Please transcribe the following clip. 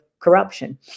corruption